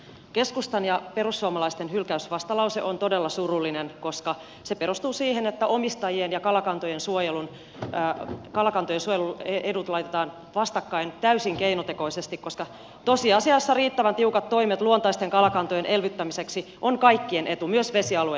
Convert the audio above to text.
keskustan ja perussuomalaisten hylkäysvastalause on todella surullinen koska se perustuu siihen että omistajien edut ja kalakantojen suojelun edut laitetaan vastakkain täysin keinotekoisesti koska tosiasiassa riittävän tiukat toimet luontaisten kalakantojen elvyttämiseksi on kaikkien etu myös vesialueiden omistajien